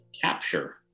Capture